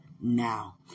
now